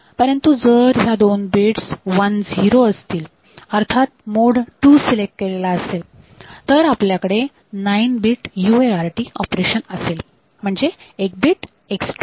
परंतु जर ह्या दोन बिट्स 10 असतील अर्थात मोड 2 सिलेक्ट केलेला असेल तर आपल्याकडे 9 बीट UART ऑपरेशन असेल म्हणजे एक बीट एक्स्ट्रा